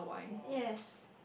yes